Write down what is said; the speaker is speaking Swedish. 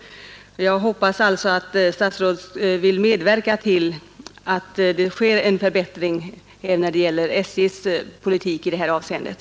Jag hoppas alltså att statsrådet vill medverka till att det sker en förbättring i fråga om SJ:s politik i det här avseendet.